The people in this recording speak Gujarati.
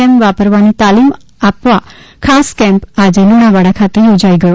એમ વાપરવાની તાલીમ આપવા ખાસ કૅમ્પ આજે લુણાવાડા ખાતે યોજાઇ ગયો